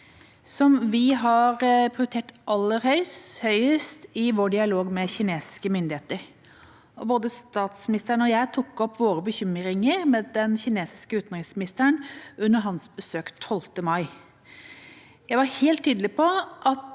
som vi har prioritert aller høyest i vår dialog med kinesiske myndigheter. Både statsministeren og jeg tok opp våre bekymringer med den kinesiske utenriksministeren under hans besøk 12. mai. Jeg var helt tydelig på at